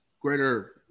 greater